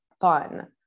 fun